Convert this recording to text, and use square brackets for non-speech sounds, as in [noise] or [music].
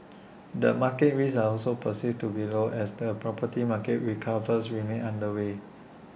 [noise] the market risks are also perceived to be low as the property market recovers remains underway